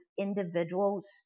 individuals